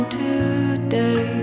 today